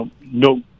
No